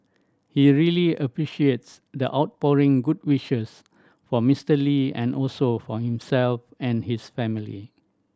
he really appreciates the outpouring good wishes for Mister Lee and also for himself and his family